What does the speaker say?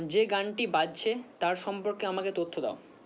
যে গানটি বাজছে তার সম্পর্কে আমাকে তথ্য দাও